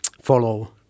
follow